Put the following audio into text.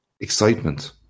excitement